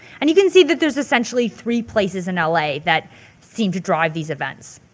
and you can see that there's essentially three places in l a. that seem to drive these events.